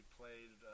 played